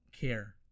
care